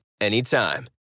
anytime